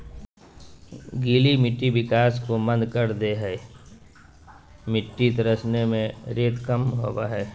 गीली मिट्टी विकास को मंद कर दे हइ मिटटी तरसने में रेत कम होबो हइ